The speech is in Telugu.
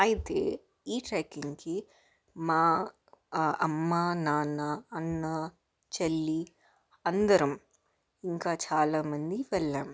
అయితే ఈట్రెక్కింగ్కి మా అమ్మ నాన్న అన్న చెల్లి అందరం ఇంకా చాలామంది వెళ్లాం